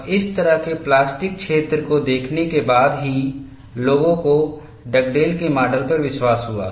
और इस तरह के प्लास्टिक क्षेत्र को देखने के बाद ही लोगों को डगडेल के माडल पर विश्वास हुआ